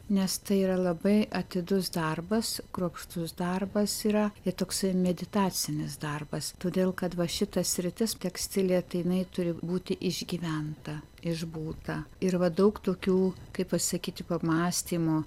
nes tai yra labai atidus darbas kruopštus darbas yra ir toksai meditacinis darbas todėl kad va šita sritis tekstilė tai jinai turi būti išgyventa išbūta ir va daug tokių kaip pasakyti pamąstymų